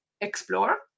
explore